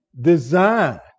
design